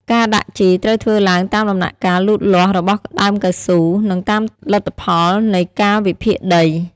ការដាក់ជីត្រូវធ្វើឡើងតាមដំណាក់កាលលូតលាស់របស់ដើមកៅស៊ូ និងតាមលទ្ធផលនៃការវិភាគដី។